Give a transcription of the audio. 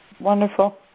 Wonderful